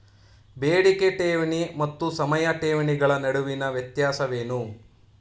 ಬೇಡಿಕೆ ಠೇವಣಿ ಮತ್ತು ಸಮಯ ಠೇವಣಿಗಳ ನಡುವಿನ ವ್ಯತ್ಯಾಸವೇನು?